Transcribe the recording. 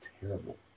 terrible